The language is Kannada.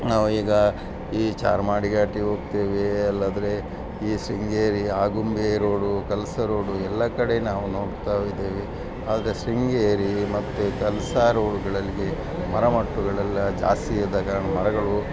ನಾವು ಈಗ ಈ ಚಾರ್ಮಾಡಿ ಘಾಟಿ ಹೋಗ್ತೇವೆ ಇಲ್ಲಾದ್ರೆ ಈ ಶೃಂಗೇರಿ ಆಗುಂಬೆ ರೋಡು ಕಳಸ ರೋಡು ಎಲ್ಲ ಕಡೆ ನಾವು ನೋಡ್ತಾ ಇದ್ದೇವೆ ಆದರೆ ಶೃಂಗೇರಿ ಮತ್ತು ಕಳಸ ರೋಡುಗಳಲ್ಲಿ ಮರ ಮಟ್ಟುಗಳೆಲ್ಲ ಜಾಸ್ತಿಯಿದ್ದ ಕಾರಣ ಮರಗಳು